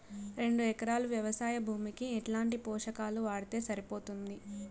రెండు ఎకరాలు వ్వవసాయ భూమికి ఎట్లాంటి పోషకాలు వాడితే సరిపోతుంది?